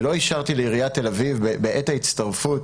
ולא אישרתי לעיריית תל אביב בעת ההצטרפות